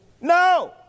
No